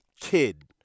kid